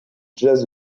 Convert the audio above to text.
jazz